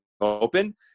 open